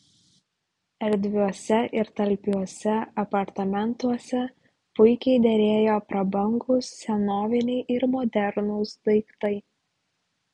erdviuose ir talpiuose apartamentuose puikiai derėjo prabangūs senoviniai ir modernūs daiktai